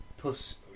Puss